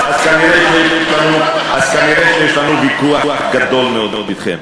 אז כנראה יש לנו ויכוח גדול מאוד אתכם.